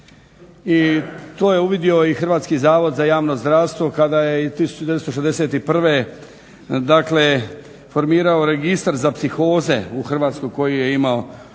To je uvidio i Hrvatski zavod za javno zdravstvo kada je 1961. formirao Registar za psihoze u Hrvatskoj koji je imao određene